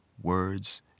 words